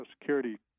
security